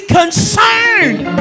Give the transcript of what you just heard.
concerned